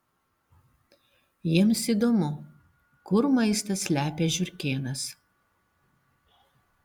jiems įdomu kur maistą slepia žiurkėnas